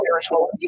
spiritual